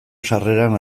sarreran